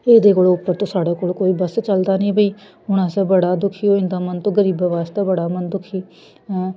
एह्दे कोल उप्पर ते साढ़े कोल कोई बस चलदा निं भई हून असें बड़ा दुखी होई जंदा मन ते गरीबें बास्तै बड़ा मन दुखी